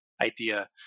idea